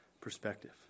perspective